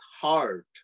heart